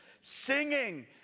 singing